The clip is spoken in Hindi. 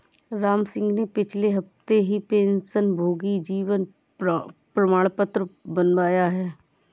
रामसिंह ने पिछले हफ्ते ही पेंशनभोगी जीवन प्रमाण पत्र बनवाया है